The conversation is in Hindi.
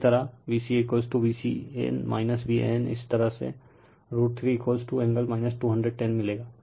इसी तरह VcaVcn Van इसी तरह रूट 3 एंगल 210o मिलेगा